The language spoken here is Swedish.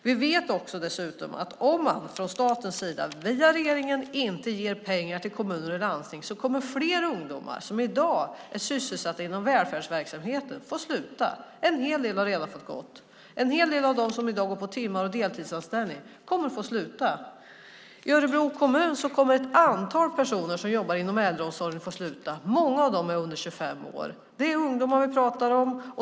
Vi vet dessutom att om man från statens sida via regeringen inte ger mer pengar till kommuner och landsting så kommer fler ungdomar än i dag som är sysselsatta inom välfärdsverksamheten att få sluta. En hel del har redan fått gå, och en hel del av dem som går på timmar och har deltidsanställning kommer att få sluta. I Örebro kommun kommer ett antal personer som jobbar inom äldreomsorgen att få sluta. Många av dem är under 25 år. Det är ungdomar vi pratar om.